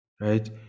Right